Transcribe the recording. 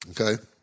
okay